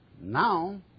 Now